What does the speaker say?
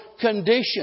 condition